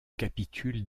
capitules